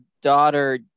daughter